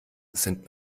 sind